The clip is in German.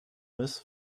ist